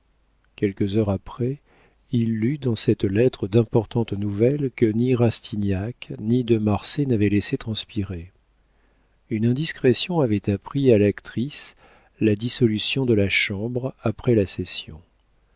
quelques heures après il lut dans cette lettre d'importantes nouvelles que ni rastignac ni de marsay n'avaient laissé transpirer une indiscrétion avait appris à l'actrice la dissolution de la chambre après la session